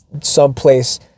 someplace